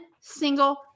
single